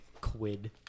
quid